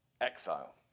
exile